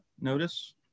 notice